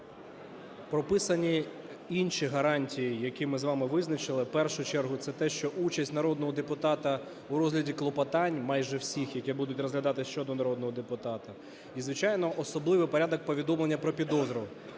Прописані інші гарантії, які ми з вами визначили. В першу чергу, це те, що участь народного депутата у розгляді клопотань, майже всіх, які будуть розглядатись щодо народного депутата. І, звичайно, особливий порядок повідомлення про підозру.